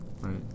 Right